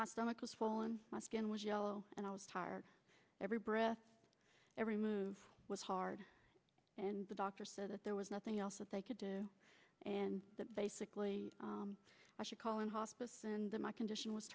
my stomach is full and my skin was yellow and i was tired every breath every move was hard and the doctor said that there was nothing else that they could do and that basically i should call in hospice and that my condition was